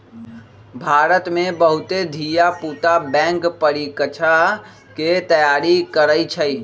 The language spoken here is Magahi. भारत में बहुते धिया पुता बैंक परीकछा के तैयारी करइ छइ